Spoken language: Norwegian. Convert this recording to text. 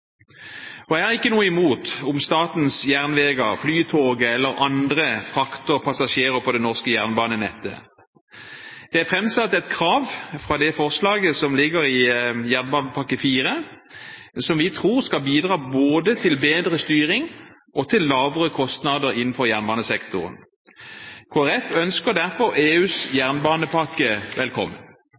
og jeg har ikke noe imot om Statens järnvägar, Flytoget eller andre frakter passasjerer på det norske jernbanenettet. Det er fremsatt et krav fra det forslaget som ligger i jernbanepakke IV, som vi tror skal bidra til både bedre styring og lavere kostnader innenfor jernbanesektoren. Kristelig Folkeparti ønsker derfor EUs jernbanepakke velkommen.